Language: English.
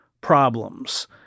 problems